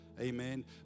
Amen